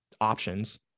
options